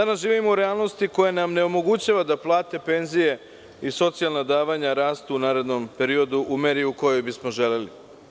Danas živimo u realnosti koja nam ne omogućava da plate, penzije i socijalna davanja rastu u narednom periodu u meri u kojoj bismo želeli.